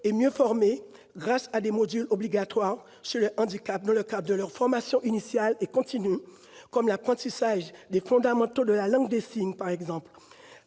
et mieux formés, grâce à des modules obligatoires sur le handicap dans le cadre de leur formation initiale et continue, comme l'apprentissage des fondamentaux de la langue des signes, par exemple.